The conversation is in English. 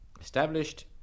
established